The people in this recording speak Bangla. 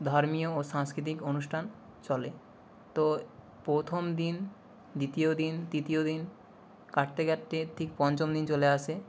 ধর্মীয় ও সাংস্কৃতিক অনুষ্টান চলে তো প্রথম দিন দ্বিতীয় দিন তৃতীয় দিন কাটতে কাটতে ঠিক পঞ্চম দিন চলে আসে